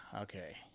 Okay